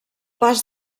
pas